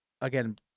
again